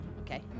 Okay